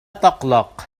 تقلق